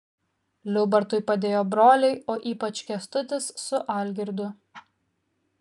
liubartui padėjo broliai o ypač kęstutis su algirdu